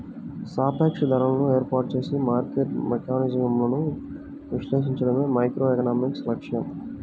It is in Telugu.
సాపేక్ష ధరలను ఏర్పాటు చేసే మార్కెట్ మెకానిజమ్లను విశ్లేషించడమే మైక్రోఎకనామిక్స్ లక్ష్యం